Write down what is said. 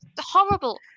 horrible